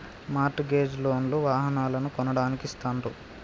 mart gauge loan లు వాహనాలను కొనడానికి ఇస్తాండ్రు